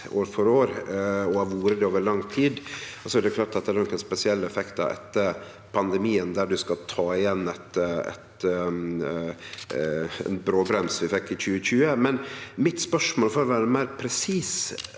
år for år, og har vore det over lang tid. Det er klart at det er nokre spesielle effektar etter pandemien, der ein skal ta igjen etter den bråbremsen vi fekk i 2020. Mitt spørsmål, for å vere meir presis